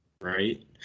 right